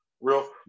Real